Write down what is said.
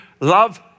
love